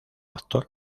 actor